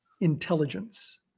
intelligence